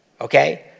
okay